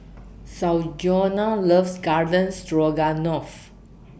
Sanjuana loves Garden Stroganoff